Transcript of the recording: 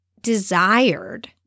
desired